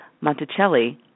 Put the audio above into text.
Monticelli